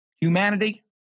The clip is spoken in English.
Humanity